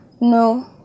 No